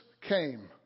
came